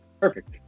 perfect